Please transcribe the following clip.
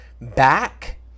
back